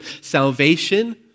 salvation